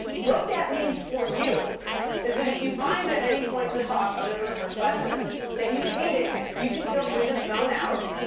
what that means for you is that if you find at any point in the talk other than the first five minutes that you hate it, you can feel free to zone out.